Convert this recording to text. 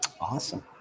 Awesome